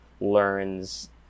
learns